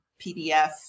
PDF